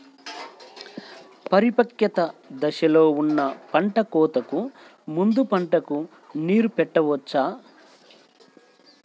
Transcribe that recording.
పరిపక్వత దశలో ఉన్న పంట కోతకు ముందు పంటకు నీరు పెట్టవచ్చా?